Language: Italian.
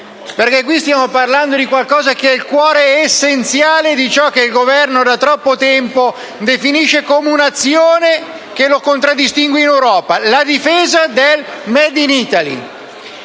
perché qui stiamo parlando del cuore e dell'essenza di ciò che il Governo da troppo tempo definisce come un'azione che lo contraddistingue in Europa: la difesa del *made in Italy*.